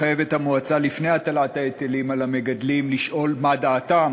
לחייב את המועצה לפני הטלת ההיטלים על המגדלים לשאול מה דעתם